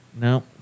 no